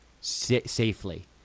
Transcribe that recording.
safely